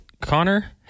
Connor